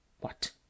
What